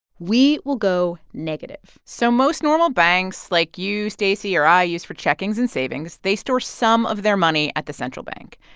we will go negative so most normal banks like you use, stacey, or i use for checking and savings, they store some of their money at the central bank.